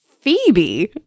Phoebe